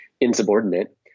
insubordinate